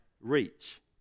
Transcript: reach